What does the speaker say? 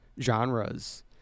genres